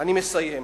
אני מסיים.